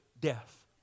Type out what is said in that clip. death